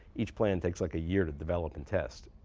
each plan takes like a year to develop and test.